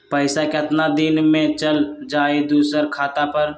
पैसा कितना दिन में चल जाई दुसर खाता पर?